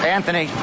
Anthony